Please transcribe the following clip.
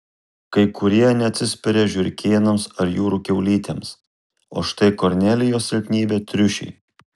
kai kurie neatsispiria žiurkėnams ar jūrų kiaulytėms o štai kornelijos silpnybė triušiai